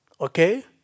Okay